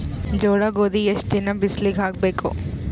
ಜೋಳ ಗೋಧಿ ಎಷ್ಟ ದಿನ ಬಿಸಿಲಿಗೆ ಹಾಕ್ಬೇಕು?